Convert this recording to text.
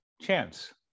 chance